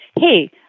hey